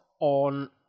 on